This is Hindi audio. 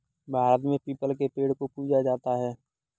भारत में पीपल के पेड़ को पूजा जाता है